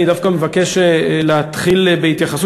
אני דווקא מבקש להתחיל בהתייחסות,